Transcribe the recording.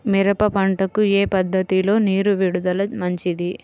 మిరప పంటకు ఏ పద్ధతిలో నీరు విడుదల మంచిది?